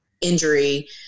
injury